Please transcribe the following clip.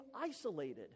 isolated